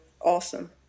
awesome